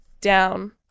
down